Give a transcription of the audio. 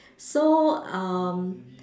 so um